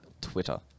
Twitter